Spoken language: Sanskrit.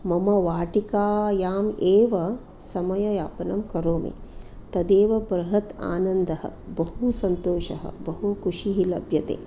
मम वाटिकायाम् एव समययापनं करोमि तदेव बृहत् आनन्दः बहू सन्तोषः बहू कुषिः लभ्यते